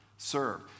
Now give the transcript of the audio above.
Serve